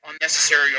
unnecessary